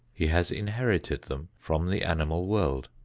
he has inherited them from the animal world.